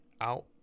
out